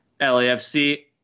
LAFC